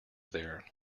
there